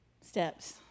steps